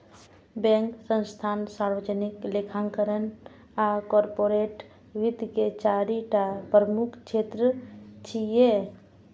bank, संस्थान, सार्वजनिक लेखांकन आ कॉरपोरेट वित्त के चारि टा प्रमुख क्षेत्र छियै